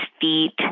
feet